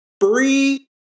free